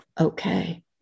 okay